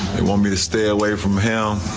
want me to stay away from him.